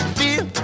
feel